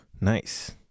Nice